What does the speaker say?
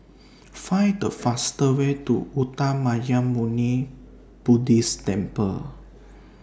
Find The faster Way to Uttamayanmuni Buddhist Temple